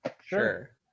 Sure